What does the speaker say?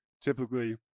typically